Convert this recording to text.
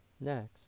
Next